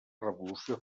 revolució